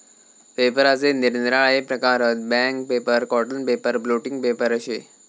पेपराचे निरनिराळे प्रकार हत, bank paper, cotton paper, blotting paper अशे